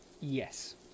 Yes